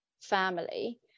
family